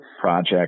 Project